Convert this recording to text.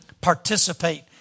participate